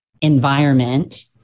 environment